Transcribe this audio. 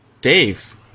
Dave